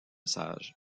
sage